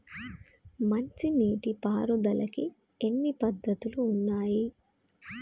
మంచి నీటి పారుదలకి ఎన్ని పద్దతులు ఉన్నాయి?